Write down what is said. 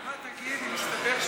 ומסתבר,